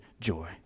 joy